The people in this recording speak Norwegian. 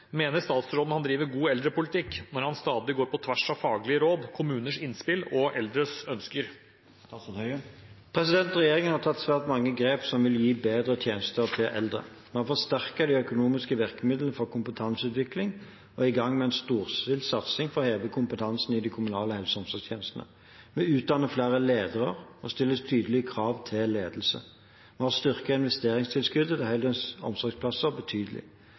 Mener statsråden han driver god eldrepolitikk når han stadig går på tvers av faglige råd, kommuners innspill og eldres ønsker?» Regjeringen har tatt svært mange grep som vil gi bedre tjenester til eldre. Vi har forsterket de økonomiske virkemidlene til kompetanseutvikling og er i gang med en storstilt satsing for å heve kompetansen i de kommunale helse- og omsorgstjenestene. Vi utdanner flere ledere og stiller tydeligere krav til ledelse. Vi har styrket investeringstilskuddet til heldøgns omsorgsplasser betydelig.